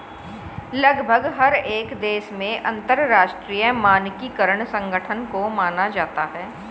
लगभग हर एक देश में अंतरराष्ट्रीय मानकीकरण संगठन को माना जाता है